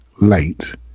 late